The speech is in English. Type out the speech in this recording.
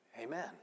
Amen